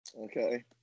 Okay